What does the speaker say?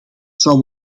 zal